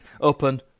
open